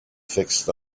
fixed